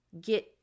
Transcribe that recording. get